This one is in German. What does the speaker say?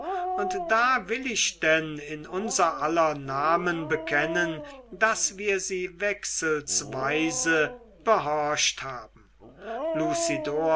und da will ich denn in unser aller namen bekennen daß wir sie wechselsweise behorcht haben